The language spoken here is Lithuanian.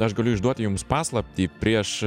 aš galiu išduoti jums paslaptį prieš